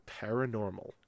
paranormal